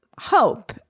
hope